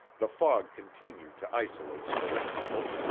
the fog continued to isolate the little couple.